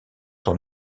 son